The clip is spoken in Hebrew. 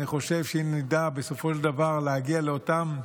אני חושב שאם נדע בסופו של דבר להגיע לאותם,